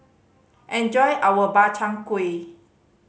enjoy our Makchang Gui